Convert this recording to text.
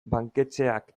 banketxeak